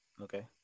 Okay